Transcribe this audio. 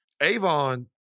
Avon